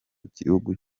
gihugu